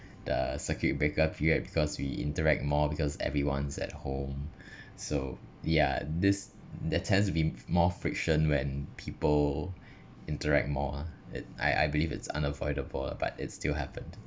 the circuit breaker period because we interact more because everyone's at home so yeah this that tends to be more friction when people interact more ah it I I believe it's unavoidable but it's still happen